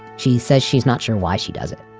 she says she's not sure why she does it.